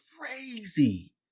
crazy